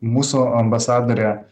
mūsų ambasadorė